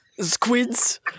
Squids